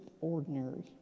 ordinary